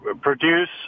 produce